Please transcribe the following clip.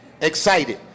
excited